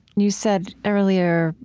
you said earlier